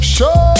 Show